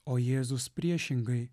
o jėzus priešingai